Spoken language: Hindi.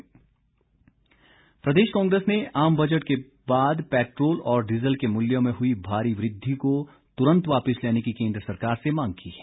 कांग्रेस प्रदेश कांग्रेस ने आम बजट के बाद पेट्रोल और डीजल के मूल्यों में हुई भारी वृद्धि को तुरंत वापिस लेने की केन्द्र सरकार से मांग की है